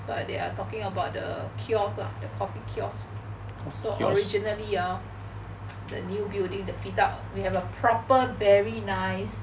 but they are talking about the kiosk lah the coffee kiosk so originally ah the new building the fit up we have a proper very nice